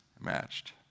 matched